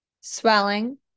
swelling